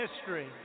history